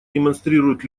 демонстрируют